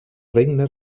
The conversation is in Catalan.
regne